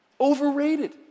Overrated